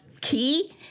key